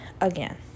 again